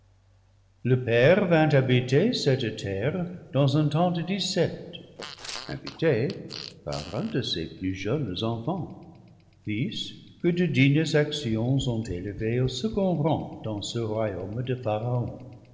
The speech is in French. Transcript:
le père vint habiter cette terre dans un temps de disette invité par un de ses plus jeunes enfants fils que de dignes actions ont élevé au second rang dans ce royaume de